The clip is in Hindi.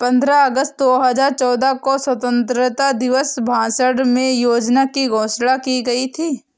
पन्द्रह अगस्त दो हजार चौदह को स्वतंत्रता दिवस भाषण में योजना की घोषणा की गयी थी